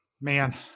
man